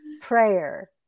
Prayer